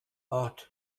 art